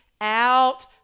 out